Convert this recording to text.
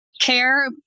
care